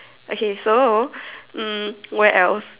okay so um where else